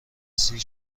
سیر